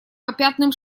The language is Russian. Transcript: попятным